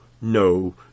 no